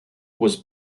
was